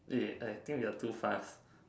eh I think we are too fast